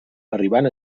arribant